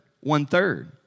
one-third